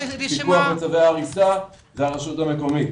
גם הפיקוח על צווי הריסה זו הרשות המקומית,